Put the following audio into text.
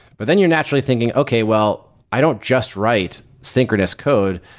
but then you're naturally thinking, okay. well, i don't just write synchronous code.